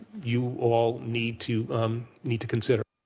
you all need to need to consider.